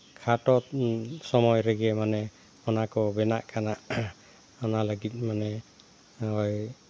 ᱠᱷᱟᱴᱳ ᱥᱚᱢᱚᱭ ᱨᱮᱜᱮ ᱢᱟᱱᱮ ᱚᱱᱟ ᱠᱚ ᱵᱮᱱᱟᱜ ᱠᱟᱱᱟ ᱚᱱᱟ ᱞᱟᱹᱜᱤᱫ ᱢᱟᱱᱮ ᱦᱳᱭ